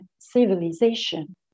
civilization